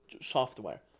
software